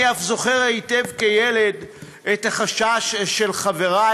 אני אף זוכר היטב כילד את החשש של חברי,